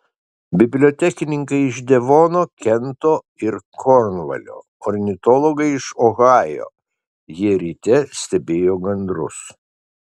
bibliotekininkai iš devono kento ir kornvalio ornitologai iš ohajo jie ryte stebėjo gandrus